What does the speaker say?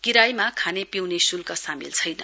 किरायमा खाने पिउने शुल्क सामेल छैन